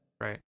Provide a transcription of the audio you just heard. Right